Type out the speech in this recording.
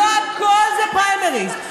לא הכול זה פריימריז,